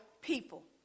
people